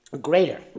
greater